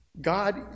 God